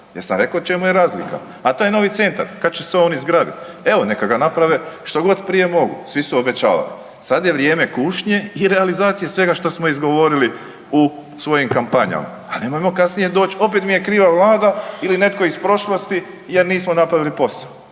jer sam rekao u čemu je razlika. A taj novi centar kad će se on izgradit, evo neka ga naprave što god prije mogu, svi su obećavali. Sad je vrijeme kušnje i realizacije svega što smo izgovorili u svojim kampanjama, a nemojmo kasnije doć opet mi je kriva vlada ili netko iz prošlosti jer nismo napravili posao.